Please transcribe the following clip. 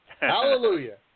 Hallelujah